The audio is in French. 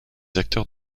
acteurs